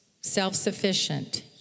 self-sufficient